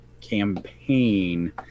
campaign